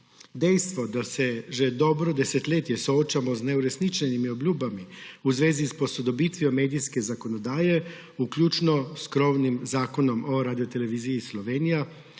Dejstvo je, da se že dobro desetletje soočamo z neuresničenimi obljubami v zvezi s posodobitvijo medijske zakonodaje, vključno s krovnim Zakonom o Radioteleviziji Slovenija;